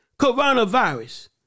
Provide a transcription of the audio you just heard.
coronavirus